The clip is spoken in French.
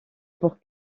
pour